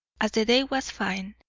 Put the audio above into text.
as the day was fine,